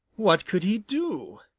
what could he do?